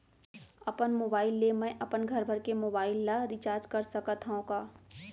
अपन मोबाइल ले मैं अपन घरभर के मोबाइल ला रिचार्ज कर सकत हव का?